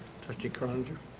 trustee croninger?